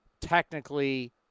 technically